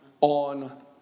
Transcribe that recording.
on